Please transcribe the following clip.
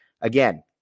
Again